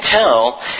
tell